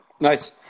Nice